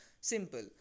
Simple